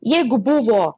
jeigu buvo